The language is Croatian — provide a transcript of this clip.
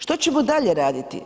Što ćemo dalje raditi?